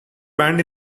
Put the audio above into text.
band